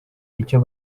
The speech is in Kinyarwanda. icyo